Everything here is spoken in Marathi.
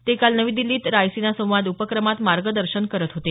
ते काल नवी दिल्लीत रायसिना संवाद उपक्रमात मार्गदर्शन करत होते